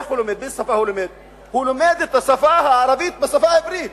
הוא לומד את השפה הערבית בשפה העברית.